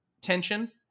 tension